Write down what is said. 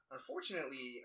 Unfortunately